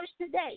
today